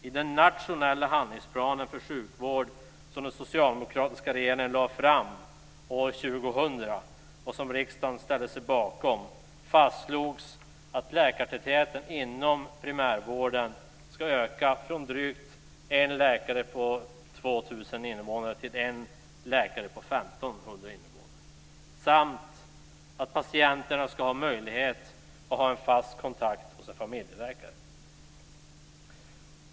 I den nationella handlingsplan för sjukvård som den socialdemokratiska regeringen lade fram år invånare samt att patienterna ska ha möjlighet till en fast kontakt hos en familjeläkare.